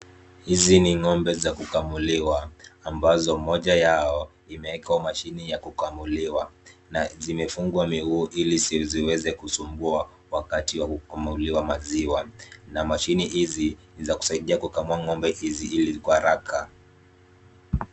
Hizi ng'ombe za kukamuliwa ambazo mmoja yao imeekwa mashini ya kukamuliwa na zimefungwa miguu ili siziweze kusumbua wakati wa kukamuliwa maziwa. Na mashini hizi ni za kusaidia kukamua ng'ombe hizi kwa haraka.